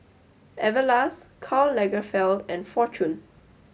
Everlast Karl Lagerfeld and Fortune